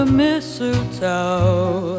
mistletoe